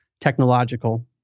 technological